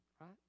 right